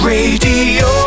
Radio